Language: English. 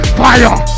fire